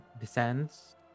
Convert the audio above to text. descends